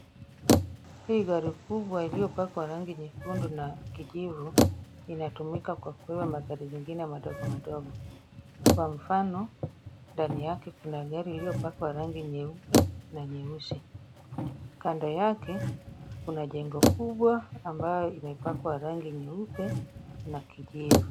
Hii gari kubwa iliyopakwa rangi nyekundu na kijivu, inatumika kwa kubeba magari zingine madogo madogo. Kwa mfano, ndani yake kuna gari iliyopakwa rangi nyeupe na nyeusi. Kando yake kuna jengo kubwa, ambayo imepakwa rangi nyeupe na kijivu.